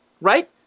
right